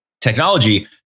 technology